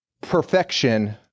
Perfection